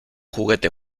juguete